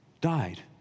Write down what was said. died